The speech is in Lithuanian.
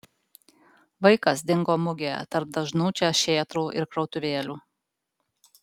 vaikas dingo mugėje tarp dažnų čia šėtrų ir krautuvėlių